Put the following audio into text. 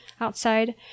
outside